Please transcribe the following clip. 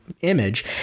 image